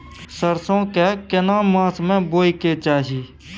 सरसो के केना मास में बोय के चाही?